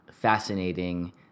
Fascinating